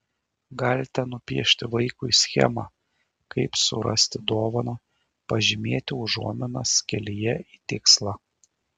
galite nupiešti vaikui schemą kaip surasti dovaną pažymėti užuominas kelyje į tikslą